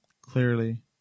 clearly